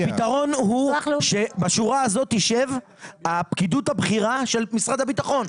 הפתרון הוא שבשורה הזאת תשב הפקידות הבכירה של משרד הביטחון.